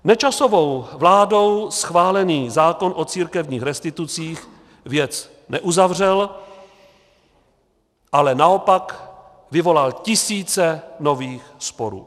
Nečasovou vládou schválený zákon o církevních restitucích věc neuzavřel, ale naopak vyvolal tisíce nových sporů.